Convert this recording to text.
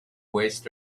waste